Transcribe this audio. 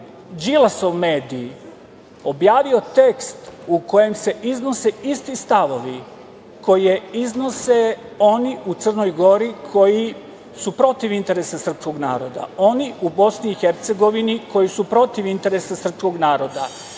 Đilasom medij objavio tekst u kojem se iznose isti stavovi koje iznose oni u Crnoj Gori koji su protiv interesa srpskog naroda, oni u BiH koji su protiv interesa srpskog naroda